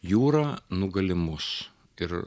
jūrą nugali mus ir